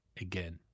again